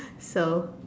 so